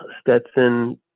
stetson